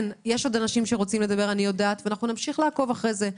אנשים שרוצים לדבר, אנחנו נמשיך לעקוב אחרי זה.